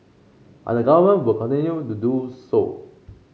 but the government will continue to do so